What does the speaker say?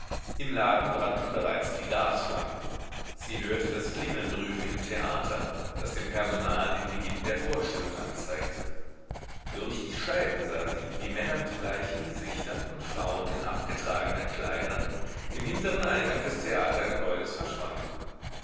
im laden brannten bereits die gasflammen sie hörte das klingeln drüben im theater das dem personal den beginn der vorstellung anzeigte durch die scheiben sah sie wie männer mit bleichen gesichtern und frauen in abgetragenen kleidern im hinteren eingang des theatergebäudes verschwanden